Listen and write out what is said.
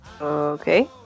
Okay